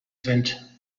sind